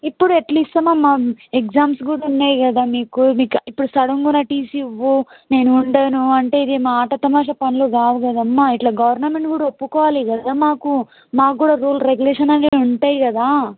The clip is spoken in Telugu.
ఇప్పుడు ఎట్ల ఇస్తాము అమ్మా ఎగ్జామ్స్ కూడా ఉన్నాయి కదా మీకు మీకు ఇప్పుడు సడన్గా నా టీసీ ఇవ్వు నేను ఉండను అంటే ఇది మాట తమాషా పనులు కావు కదమ్మా ఇట్ల గవర్నమెంట్ కూడా ఒప్పుకోవాలి కదా మాకు మాకు కూడా రూల్ రెగ్యులేషన్ అనేవి ఉంటాయి కదా